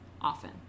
often